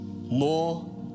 more